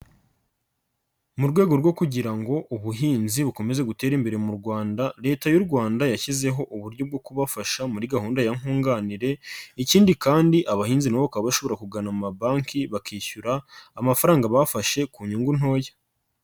Mu rwego rwo kugira ngo ubuhinzi bukomeze guterare imbere mu Rwanda, Leta y'u Rwanda yashyizeho uburyo bwo kubafasha muri gahunda ya nkunganire, ikindi kandi abahinzi na bo bakaba bashobora kugana amabanki bakishyura, amafaranga bafashe ku nyungu ntoya.